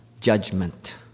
judgment